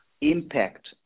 impact